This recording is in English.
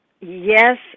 Yes